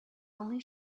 only